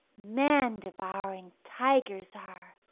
man-devouring tigers are,